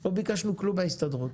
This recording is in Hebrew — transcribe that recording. לא ביקשנו כלום מההסתדרות.